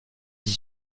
dix